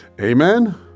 Amen